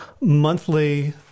monthly